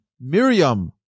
Miriam